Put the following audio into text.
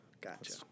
Gotcha